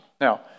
Now